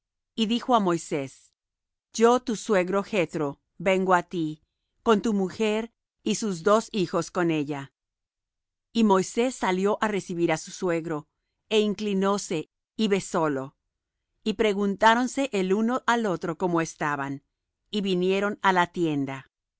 y dijo á moisés yo tu suegro jethro vengo á ti con tu mujer y sus dos hijos con ella y moisés salió á recibir á su suegro é inclinóse y besólo y preguntáronse el uno al otro cómo estaban y vinieron á la tienda